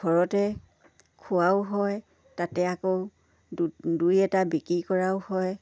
ঘৰতে খোৱাও হয় তাতে আকৌ দুই এটা বিক্ৰী কৰাও হয়